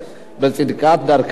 בצדקת הצעת החוק.